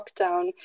lockdown